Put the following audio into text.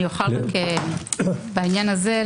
בעניין הזה,